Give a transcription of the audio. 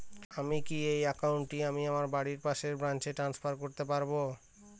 আমি কি এই একাউন্ট টি আমার বাড়ির পাশের ব্রাঞ্চে ট্রান্সফার করতে পারি?